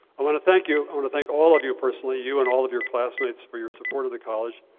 i want to thank you. i want to thank all of you personally, you and all of your classmates, for your support of the college,